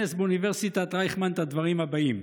חבר הכנסת מיקי לוי בכנס באוניברסיטת רייכמן את הדברים הבאים,